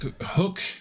hook